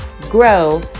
grow